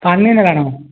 ପାଞ୍ଚ୍ ଦିନ ହେଲାନ